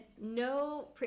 no